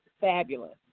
fabulous